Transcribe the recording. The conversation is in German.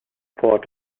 port